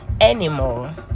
anymore